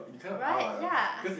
right ya